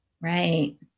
Right